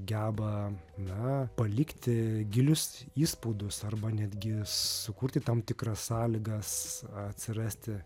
geba na palikti gilius įspaudus arba netgi sukurti tam tikras sąlygas atsirasti